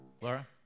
Laura